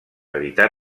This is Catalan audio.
evitar